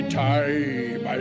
time